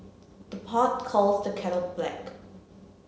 the pot calls the kettle black